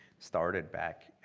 started back